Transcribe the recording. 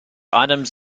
items